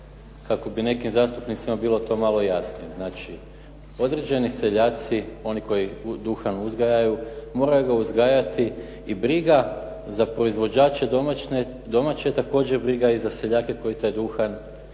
kako bi nekim zastupnicima bilo to malo jasnije. Znači, određeni seljaci oni koji duhan uzgajaju moraju ga uzgajati i briga za proizvođače domaće također briga i za seljake koji taj duhan